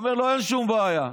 אומר לו: אין שום בעיה,